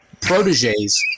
proteges